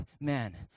man